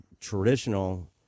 traditional